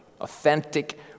authentic